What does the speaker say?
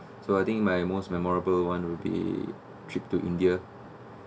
so I think my most memorable one will be trip to india